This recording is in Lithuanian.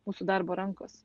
mūsų darbo rankos